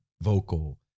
vocal